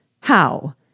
How